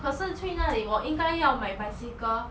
可是去那里我应该要买 bicycle